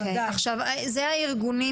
אלה הארגונים